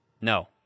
No